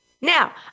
Now